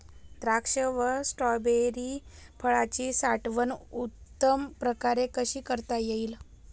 द्राक्ष व स्ट्रॉबेरी फळाची साठवण उत्तम प्रकारे कशी करता येईल?